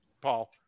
Paul